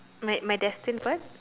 my my destined what